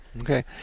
Okay